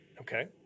Okay